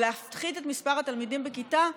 להפחית את מספר התלמידים בכיתה,